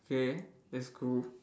K that's cool